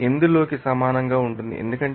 8 లోకి సమానంగా ఉంటుంది ఎందుకంటే 0